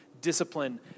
discipline